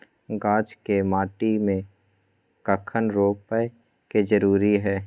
गाछ के माटी में कखन रोपय के जरुरी हय?